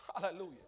Hallelujah